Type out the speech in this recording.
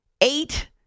Eight